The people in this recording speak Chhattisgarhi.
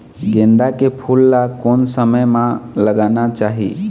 गेंदा के फूल ला कोन समय मा लगाना चाही?